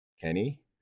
Kenny